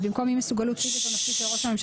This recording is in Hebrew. גם על ידי היועץ המשפטי של הממשלה,